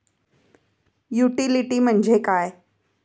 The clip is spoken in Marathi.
युटिलिटी म्हणजे काय?